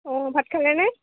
অঁ ভাত খালে নে